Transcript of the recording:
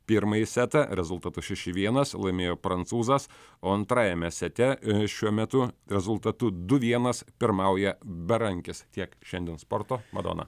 pirmąjį setą rezultatu šeši vienas laimėjo prancūzas o antrajame sete šiuo metu rezultatu du vienas pirmauja berankis tiek šiandien sporto madona